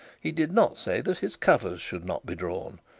he did not say that his covers should not be drawn,